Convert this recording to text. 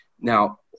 Now